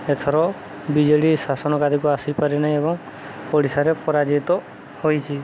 ଏଥର ବିଜେଡ଼ି ଶାସନ ଗାଦୀକୁ ଆସିପାରିନି ଏବଂ ଓଡ଼ିଶାରେ ପରାଜିତ ହୋଇଛି